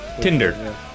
Tinder